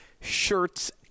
shirts